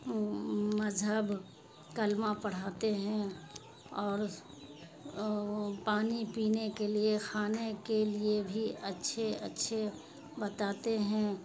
مذہب کلمہ پڑھاتے ہیں اور پانی پینے کے لیے کھانے کے لیے بھی اچھے اچھے بتاتے ہیں